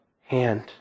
hand